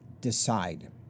decide